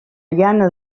llana